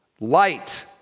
light